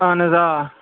اہَن حظ آ